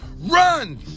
Run